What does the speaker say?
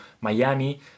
miami